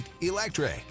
Electric